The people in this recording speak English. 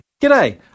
G'day